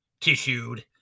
tissued